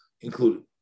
included